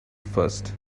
first